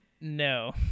No